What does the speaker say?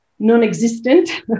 Non-existent